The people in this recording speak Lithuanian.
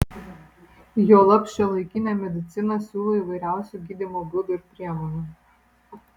juolab šiuolaikinė medicina siūlo įvairiausių gydymo būdų ir priemonių